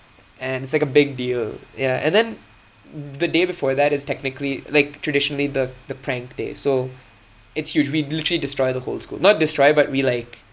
and it's like a big deal yeah and then the day before that is technically like traditionally the the prank day so it's huge we literally destroy the whole school not destroy but we like